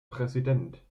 präsident